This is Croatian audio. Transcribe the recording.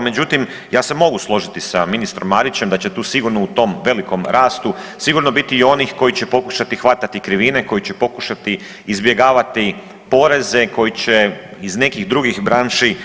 Međutim, ja se mogu složiti sa ministrom Marićem da će tu sigurno u tom velikom rastu sigurno biti i onih koji će pokušati hvatati krivine, koji će pokušati izbjegavati poreze, koji će iz nekih drugih branši